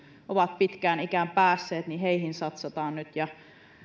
ovat pitkään ikään päässeet satsataan nyt ja